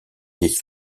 des